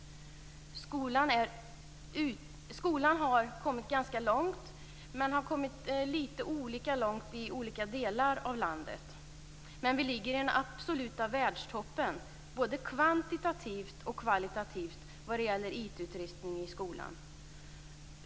Skolan har kommit ganska långt, men har kommit olika långt i olika delar av landet. Men vi ligger i den absoluta världstoppen både kvantitativt och kvalitativt vad gäller IT-utrustning i skolan.